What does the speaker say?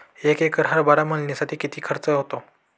एक एकर हरभरा मळणीसाठी किती खर्च होतो?